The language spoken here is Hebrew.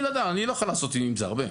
אני לא יכול לעשות עם זה הרבה.